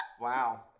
Wow